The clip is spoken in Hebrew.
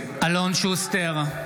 אלון שוסטר,